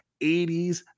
80s